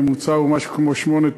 הממוצע הוא משהו כמו שמונה,